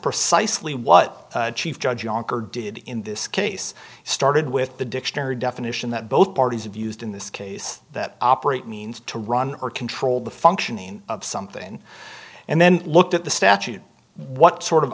precisely what chief judge younger did in this case started with the dictionary definition that both parties have used in this case that operate means to run or control the functioning of something and then look at the statute what sort of